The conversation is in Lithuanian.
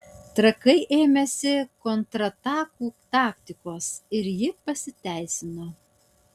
trakai ėmėsi kontratakų taktikos ir ji pasiteisino